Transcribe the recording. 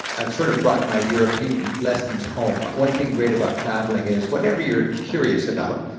i've sort of brought my european lessons home. one thing great about traveling is whatever you're curious about,